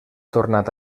tornat